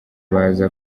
baza